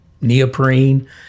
neoprene